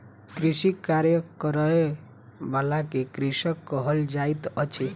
कृषिक कार्य करय बला के कृषक कहल जाइत अछि